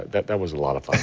that that was a lot of